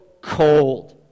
cold